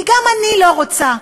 כי גם אני לא רוצה,